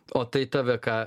o tai tave ką